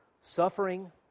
suffering